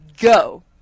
go